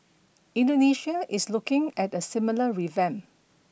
Indonesia is looking at a similar revamp